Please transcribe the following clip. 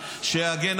ביזיון.